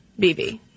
BV